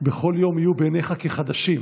"בכל יום יהיו בעיניך כחדשים".